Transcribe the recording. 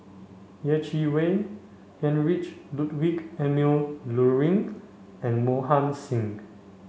Yeh Chi Wei Heinrich Ludwig Emil Luering and Mohan Singh